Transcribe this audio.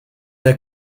der